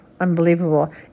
unbelievable